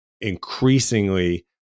increasingly